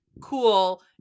cool